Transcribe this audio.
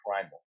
primal